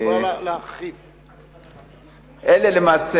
אלה למעשה